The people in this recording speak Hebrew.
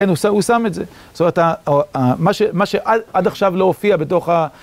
כן, הוא שם את זה. זאת אומרת, מה שעד עכשיו לא הופיע בתוך ה...